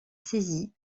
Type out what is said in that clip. saisie